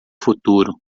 futuro